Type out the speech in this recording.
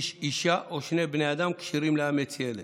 כי איש, אישה או שני בני אדם כשירים לאמץ ילד.